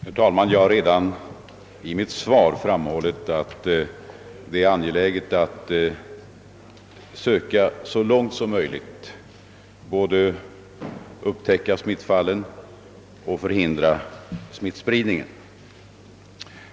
Herr talman! Jag har redan i mitt svar framhållit att det är angeläget att i största möjliga utsträckning försöka både upptäcka smittfallen och förhindra smittspridningen.